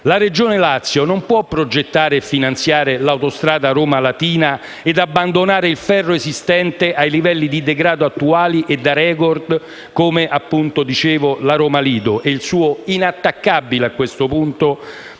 La Regione Lazio non può progettare e finanziare l'autostrada Roma-Latina ed abbandonare il ferro esistente ai livelli di degrado attuali e da *record*, come la Roma-Lido e il suo inattaccabile primato,